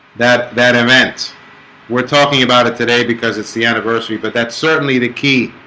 that that event we're talking about it today because it's the anniversary, but that's certainly the key